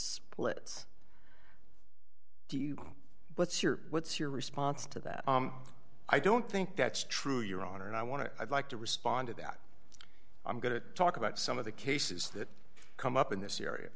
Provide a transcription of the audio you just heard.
pullets do you what's your what's your response to that i don't think that's true your honor and i want to i'd like to respond to that i'm going to talk about some of the cases that come up in this area